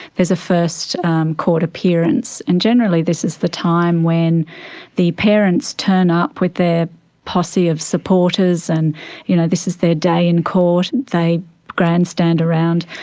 there's a first court appearance, and generally this is the time when the parents turn up with their posse of supporters and you know this is their day in court. they grandstand around,